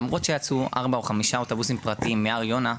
למרות שעשו ארבעה או חמישה אוטובוסים פרטיים מהר יונה,